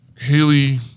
Haley